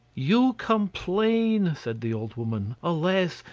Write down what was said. you complain, said the old woman alas!